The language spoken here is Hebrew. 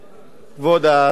כבוד השר,